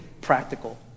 practical